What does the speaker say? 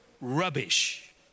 rubbish